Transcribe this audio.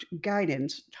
guidance